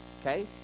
okay